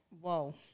Whoa